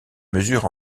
mesure